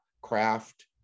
craft